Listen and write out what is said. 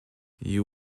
you